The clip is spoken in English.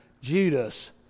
Judas